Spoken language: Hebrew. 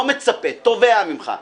לא מצפה אלא תובע ממך,